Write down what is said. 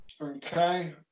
Okay